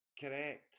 Correct